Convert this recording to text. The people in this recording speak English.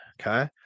Okay